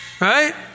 right